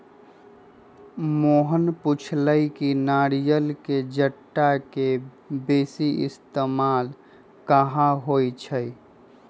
मोहन पुछलई कि नारियल के जट्टा के बेसी इस्तेमाल कहा होई छई